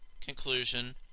conclusion